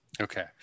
Okay